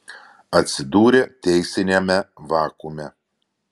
atsidūrė teisiniame vakuume